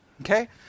Okay